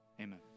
Amen